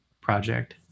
project